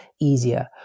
easier